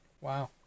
Wow